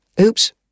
oops